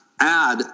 add